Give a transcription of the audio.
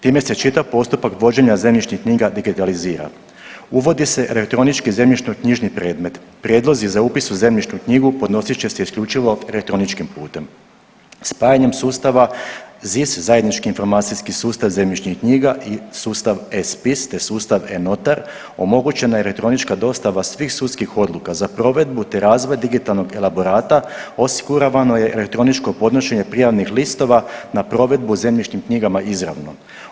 Time se čitav postupak vođenja zemljišnih knjiga digitalizira, uvodi se elektronički zemljišno-knjižni predmet, prijedlozi za upis u zemljišnu knjigu podnosit će se isključivo elektroničkim putem spajanjem sustava ZIS, zajednički informacijski sustav zemljišnih knjiga i sustav e-spis, te sustav e-notar, omogućena je elektronička dostava svih sudskih odluka za provedbu, te razvoj digitalnog elaborata osiguravano je elektroničko podnošenje prijavnih listova na provedbu u zemljišnim knjigama izravno.